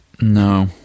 No